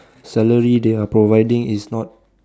salary they are providing is not